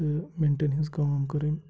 تہٕ مِنٹَن ہِنٛز کٲم کٔر أمۍ